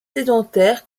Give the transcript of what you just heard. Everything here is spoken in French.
sédentaire